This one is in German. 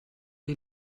man